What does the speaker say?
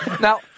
Now